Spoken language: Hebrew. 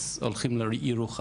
אז הולכים לירוחם,